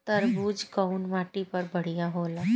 तरबूज कउन माटी पर बढ़ीया होला?